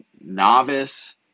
novice